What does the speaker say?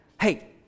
Hey